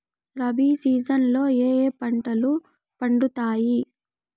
rabi season లో ఏ ఏ పంటలు పండుతాయి